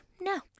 No